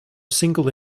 single